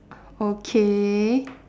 okay